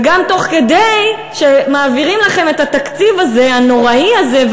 וגם תוך כדי שמעבירים לכם את התקציב הנוראי הזה,